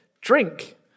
drink